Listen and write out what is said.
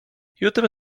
jutro